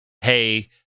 hey